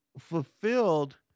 fulfilled